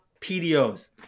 PDOs